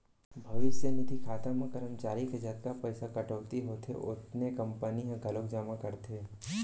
भविस्य निधि खाता म करमचारी के जतका पइसा कटउती होथे ओतने कंपनी ह घलोक जमा करथे